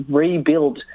rebuild